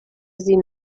sie